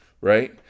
right